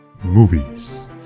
movies